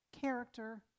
character